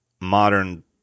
modern